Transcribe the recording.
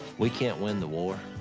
we can't win the war,